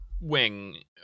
wing